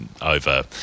over